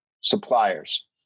suppliers